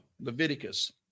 leviticus